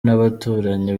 n’abaturanyi